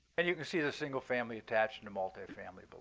and you can see the single family attached to multi-family. but